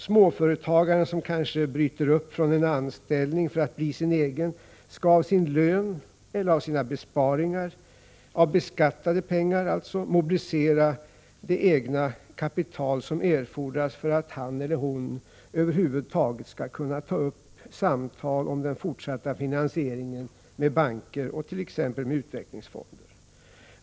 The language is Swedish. Småföretagaren, som kanske bryter upp från en anställning för att bli sin egen, skall av sin lön eller besparingar av beskattade pengar mobilisera det egna kapital som erfordras för att han eller hon över huvud taget skall kunna ta upp samtal om den fortsatta finansieringen med banker och t.ex. utvecklingsfond.